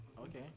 Okay